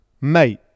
Mate